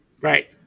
Right